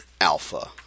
alpha